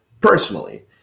personally